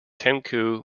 tengku